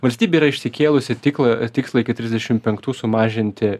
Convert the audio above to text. valstybė yra išsikėlusi tiklą tikslą iki trisdešim penktų sumažinti